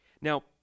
Now